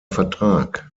vertrag